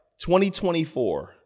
2024